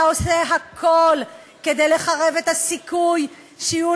אתה עושה הכול כדי לחרב את הסיכוי שיהיו